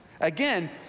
Again